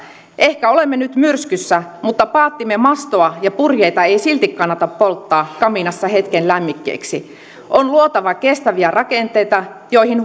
ehkä olemme nyt myrskyssä mutta paattimme mastoa ja purjeita ei silti kannata polttaa kamiinassa hetken lämmikkeeksi on luotava kestäviä rakenteita joihin